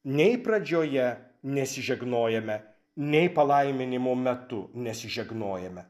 nei pradžioje nesižegnojame nei palaiminimo metu nesižegnojame